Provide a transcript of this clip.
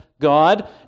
God